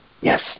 Yes